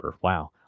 wow